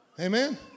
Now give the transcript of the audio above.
Amen